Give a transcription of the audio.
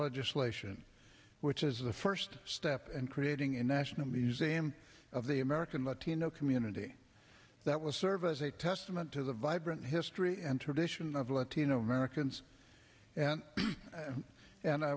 legislation which is a first step and creating a national museum of the american latino community that will serve as a testament to the vibrant history and tradition of latino americans and